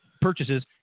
purchases